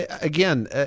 again